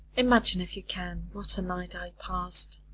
imagine, if you can, what a night i passed!